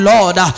Lord